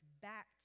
back